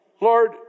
Lord